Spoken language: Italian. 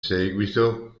seguito